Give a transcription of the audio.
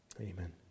Amen